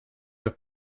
voor